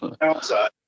outside